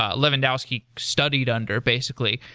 ah levandowski studied under, basically.